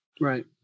Right